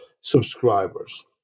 subscribers